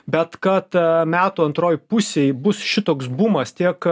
bet kad metų antroj pusėj bus šitoks bumas tiek